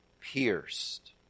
Pierced